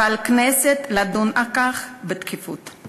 ועל הכנסת לדון על כך בדחיפות.